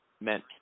meant